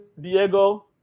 Diego